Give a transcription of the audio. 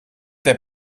der